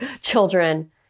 children